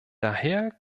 daher